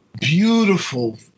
Beautiful